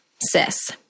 sis